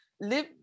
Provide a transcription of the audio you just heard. live